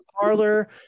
parlor